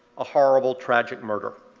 a horrible, tragic murder.